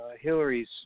Hillary's